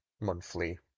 monthly